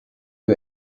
who